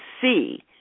see